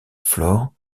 flore